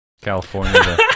California